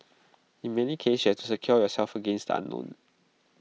in many cases you have to secure yourself against the unknown